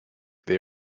they